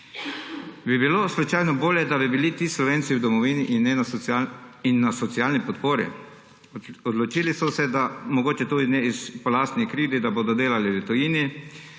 Bi bilo slučajno bolje, da bi bili ti Slovenci v domovini in na socialni podpori? Odločili so se, mogoče tudi ne po lastnih krivdi, da bodo delali v tujini,